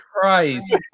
Christ